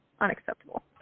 unacceptable